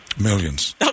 Millions